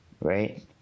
Right